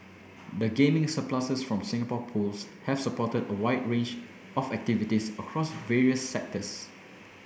the gaming surpluses from Singapore Pools have supported a wide range of activities across various sectors